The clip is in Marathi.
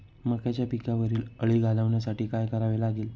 मक्याच्या पिकावरील अळी घालवण्यासाठी काय करावे लागेल?